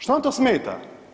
Što vam to smeta?